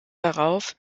darauf